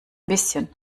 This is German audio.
bisschen